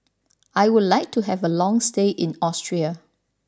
I would like to have a long stay in Austria